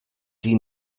die